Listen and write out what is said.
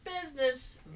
business